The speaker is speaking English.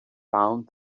found